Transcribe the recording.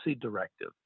directive